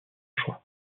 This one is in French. choix